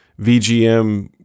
VGM